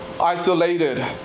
isolated